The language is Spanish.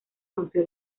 rompió